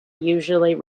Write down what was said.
usually